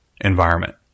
environment